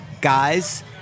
guys